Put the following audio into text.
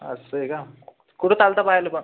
असं आहे का कुठं चालतं पाहायला पण